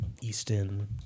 Easton